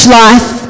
life